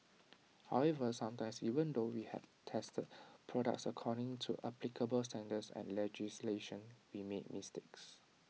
however sometimes even though we have tested products according to applicable standards and legislation we make mistakes